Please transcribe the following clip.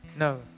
No